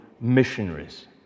missionaries